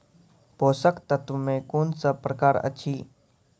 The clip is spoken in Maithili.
पोसक तत्व मे कून सब प्रकार अछि?